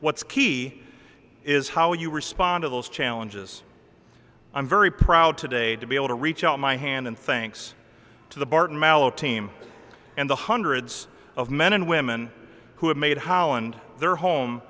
what's key is how you respond to those challenges i'm very proud today to be able to reach out my hand and thinks to the barton mello team and the hundreds of men and women who have made how and their home